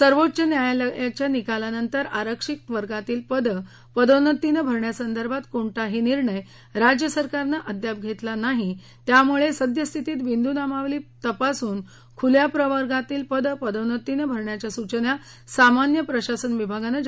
सर्वोच्च न्यायालयाच्या निकालानंतर आरक्षित वर्गातली पदं पदोन्नतीनं भरण्यासंदर्भात कोणताही निर्णय राज्य सरकारनं अद्याप घेतलेला नाही त्यामुळे सद्यस्थितीत बिंदूनामावली तपासून खुल्या प्रवर्गातली पदं पदोन्नतीनं भरण्याच्या सूचना सामान्य प्रशासन विभागानं जारी केल्या आहेत